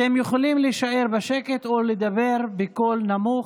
אתם יכולים להישאר בשקט או לדבר בקול נמוך.